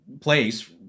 place